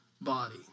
body